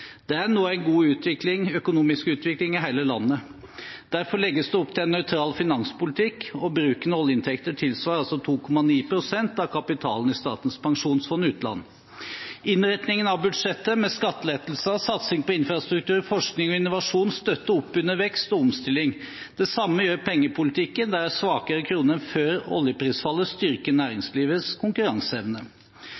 Det er nå en god økonomisk utvikling i hele landet. Derfor legges det opp til en nøytral finanspolitikk. Bruken av oljeinntekter tilsvarer 2,9 pst. av kapitalen i Statens pensjonsfond utland. Innretningen av budsjettet, med skattelettelser, satsing på infrastruktur, forskning og innovasjon, støtter opp under vekst og omstilling. Det samme gjør pengepolitikken, der en svakere krone enn før oljeprisfallet styrker